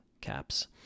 caps